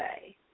say